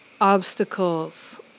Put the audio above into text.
obstacles